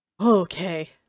okay